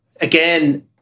Again